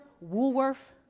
Woolworth